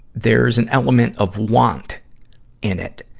there's an element of want in it.